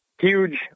huge